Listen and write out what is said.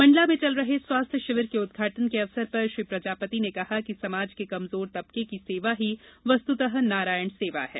मंडला में चल रहे स्वास्थ्य शिविर के उद्घाटन के अवसर पर श्री प्रजापति ने कहा कि समाज के कमजोर तबके की सेवा ही वस्तुतः नारायण सेवा है